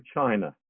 China